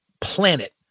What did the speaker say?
planet